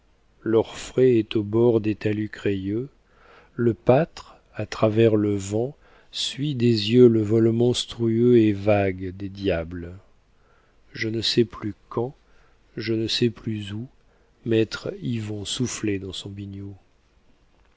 l'orfraie est au bord des talus crayeux le pâtre à travers le vent suit des yeux le vol monstrueux et vague des diables je ne sais plus quand je ne sais plus où maître yvon soufflait dans son biniou